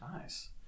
Nice